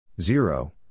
zero